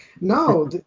No